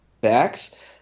backs